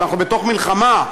אנחנו בתוך מלחמה.